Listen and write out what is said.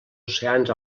oceans